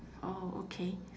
orh okay